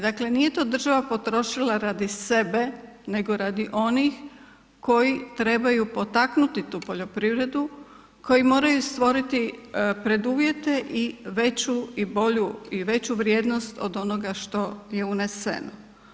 Dakle nije to država potrošila radi sebe nego radi onih koji trebaju potaknuti tu poljoprivredu koji moraju stvoriti preduvjete i bolju i veću vrijednost od onoga što je uneseno.